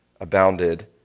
abounded